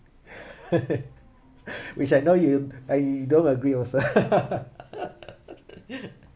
which I know you I don't agree also